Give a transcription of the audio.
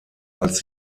als